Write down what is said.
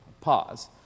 Pause